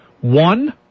One